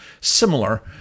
similar